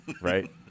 right